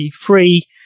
free